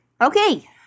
Okay